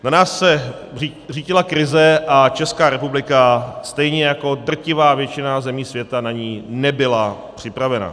Na nás se řítila krize a Česká republika stejně jako drtivá většina zemí světa na ni nebyla připravena.